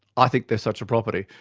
i think there's such a property.